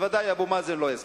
בוודאי אבו מאזן לא יסכים.